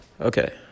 Okay